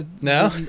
no